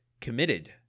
Committed